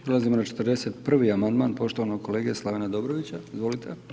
Prelazimo na 41. amandman poštovanog kolege Slavena Dobrovića, izvolite.